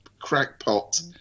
crackpot